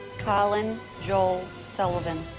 collin joel sullivan